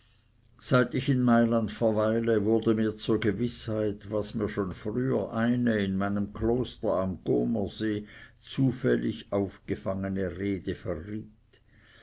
seit ich in mailand verweile wurde mir zur gewißheit was mir schon früher eine in meinem kloster am comersee zufällig aufgefangene rede verriet